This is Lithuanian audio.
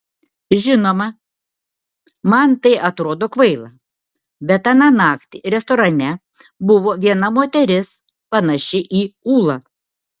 žinoma man tai atrodo kvaila bet aną naktį restorane buvo viena moteris panaši į ūlą